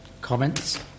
comments